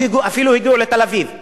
אפילו הגיעו לתל-אביב.